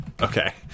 Okay